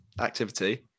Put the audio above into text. activity